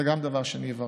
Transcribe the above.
גם זה דבר שאני אברר.